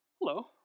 hello